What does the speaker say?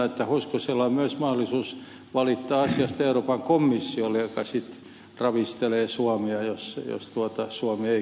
hoskosella on myös mahdollisuus valittaa asiasta euroopan komissiolle joka sitten ravistelee suomea jos suomi ei käyttäydy kunnolla